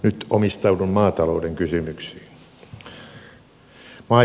nyt omistaudun maatalouden kysymyksille